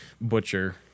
butcher